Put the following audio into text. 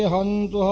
and